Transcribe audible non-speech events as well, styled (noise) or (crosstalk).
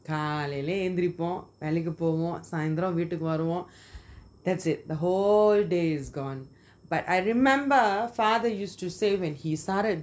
காலைல எந்திரிப்போம் வெள்ளைக்கி போவோம் சந்திரன் வீட்டுக்கு வருவோம்:kaalaila enthiripom vellaiki povom santhiram veetuku varuvom (breath) that's it the whole day is gone but I remember father used to say when he started